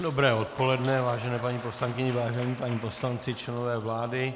Dobré odpoledne, vážené paní poslankyně, vážení páni poslanci, členové vlády.